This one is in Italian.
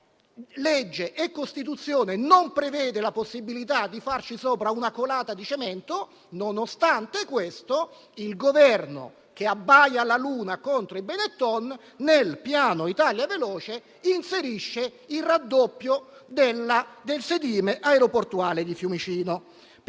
legge e la Costituzione non prevedano la possibilità di farci sopra una colata di cemento, il Governo, che "abbaia alla luna" contro i Benetton, nel piano Italia veloce inserisce il raddoppio del sedime aeroportuale di Fiumicino.